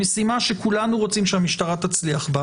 משימה שכולנו רוצים שהמשטרה תצליח בה,